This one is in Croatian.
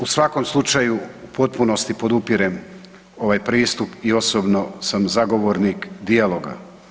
U svakom slučaju u potpunosti podupirem ovaj pristup i osobno sam zagovornik dijaloga.